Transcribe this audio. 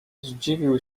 zdziwił